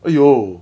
!aiyo!